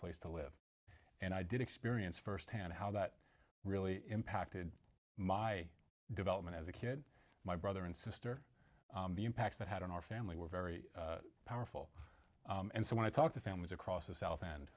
place to live and i did experience firsthand how that really impacted my development as a kid my brother and sister the impact that had on our family were very powerful and so i want to talk to families across the south and